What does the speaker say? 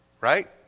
Right